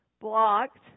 blocked